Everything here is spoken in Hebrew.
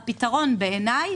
הפתרון בעיניי,